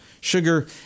sugar